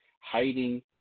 hiding